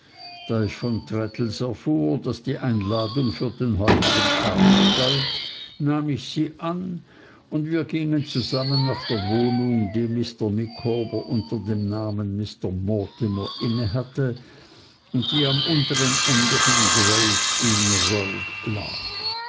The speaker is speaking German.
da ich von traddles erfuhr daß die einladung für den heutigen abend galt nahm ich sie an und wir gingen zusammen nach der wohnung die mr micawber unter dem namen mr mortimer inne hatte und die am untern ende von grays inn road lag